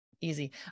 easy